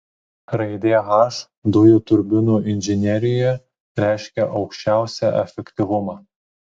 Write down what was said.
raidė h dujų turbinų inžinerijoje reiškia aukščiausią efektyvumą